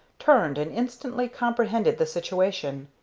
turned, and instantly comprehended the situation.